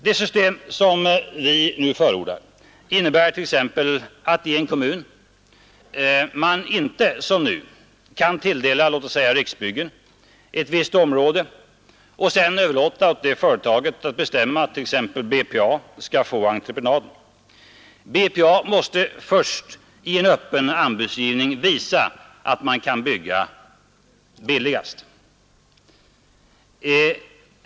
Det system som vi nu förordar innebär t.ex. att man i en kommun inte som nu kan tilldela låt oss säga Riksbyggen ett visst område och sedan överlåta åt det företaget att bestämma att t.ex. BPA skall få entreprenaden. BPA måste först i en öppen anbudsgivning visa att man kan bygga billigast.